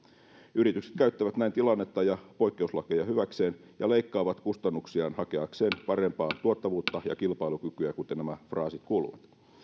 yritykset käyttävät näin tilannetta ja poikkeuslakeja hyväkseen ja leikkaavat kustannuksiaan hakeakseen parempaa tuottavuutta ja kilpailukykyä kuten nämä fraasit kuuluvat